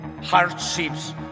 hardships